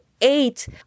eight